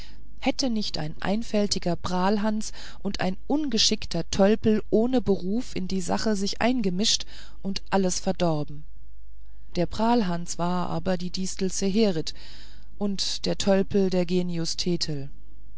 hätte sich nicht ein einfältiger prahlhans und ein ungeschickter tölpel ohne beruf in die sache gemischt und alles verdorben der prahlhans war aber die distel zeherit und der tölpel der genius thetel